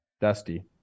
Dusty